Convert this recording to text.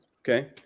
Okay